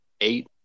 eight